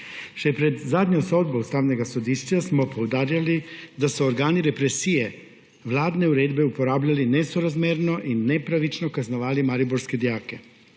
Še pred zadnjo sodbo Ustavnega sodišča smo poudarjali, da so organi represije vladne uredbe uporabljali nesorazmerno in nepravično kaznovali mariborske dijake.